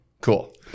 cool